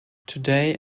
today